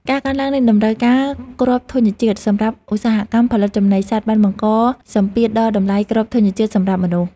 ការកើនឡើងនៃតម្រូវការគ្រាប់ធញ្ញជាតិសម្រាប់ឧស្សាហកម្មផលិតចំណីសត្វបានបង្កសម្ពាធដល់តម្លៃគ្រាប់ធញ្ញជាតិសម្រាប់មនុស្ស។